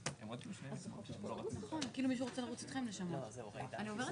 הפנייה אושרה.